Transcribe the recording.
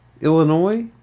Illinois